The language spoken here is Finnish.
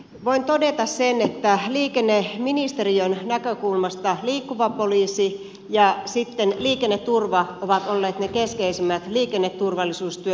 voin todeta sen että liikenneministeriön näkökulmasta liikkuva poliisi ja liikenneturva ovat olleet ne keskeisimmät liikenneturvallisuustyön yhteistyökumppanit